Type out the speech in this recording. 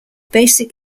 basic